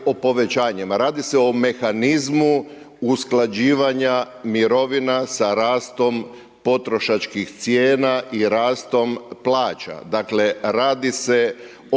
radi se o mehanizmu usklađivanja mirovina sa rastom potrošačkih cijena i rastom plaća.